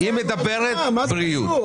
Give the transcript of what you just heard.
היא מדברת על בריאות.